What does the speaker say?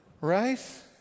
Right